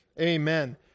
Amen